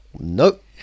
nope